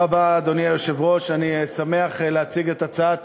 אדוני היושב-ראש, תודה רבה, אני שמח להציג את הצעת